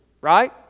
right